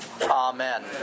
Amen